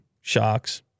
shocks